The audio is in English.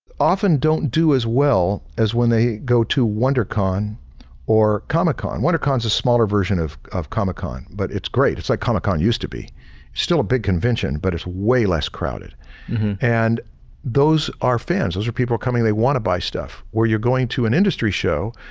often don't do as well as when they go to wondercon or comic con. wondercon is a smaller version of of comic con but it's great, it's like comic con used to be. it's still a big convention but it's way less crowded and those are fans. those are people coming they want to buy stuff. where you're going to an industry show,